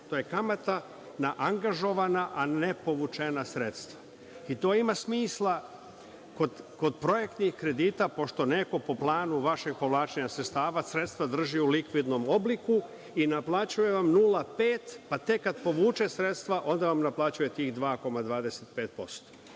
To je kamata na angažovana a nepovučena sredstva i to ima smisla kod projektnih kredita, pošto neko po planu vašeg povlačenja sredstava sredstva drži u likvidnom obliku i naplaćuje vam 0,5, pa tek kad povuče sredstva, onda vam naplaćuje tih 2,25%.Pošto